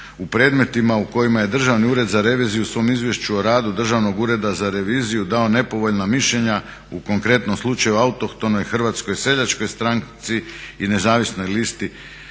u predmetima u kojima je Državni ured za reviziju u svom Izvješću o radu Državnog ureda za reviziju dao nepovoljna mišljenja u konkretnom slučaju autohtonoj hrvatskoj seljačkoj stranci i nezavisnoj listi